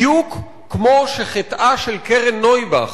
בדיוק כמו שחטאה של קרן נויבך,